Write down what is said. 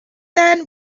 there